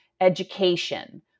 education